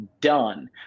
done